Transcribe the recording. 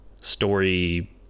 story